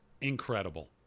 Incredible